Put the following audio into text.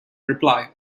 reply